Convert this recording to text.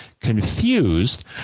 confused